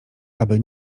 aby